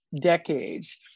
decades